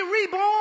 reborn